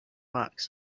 fox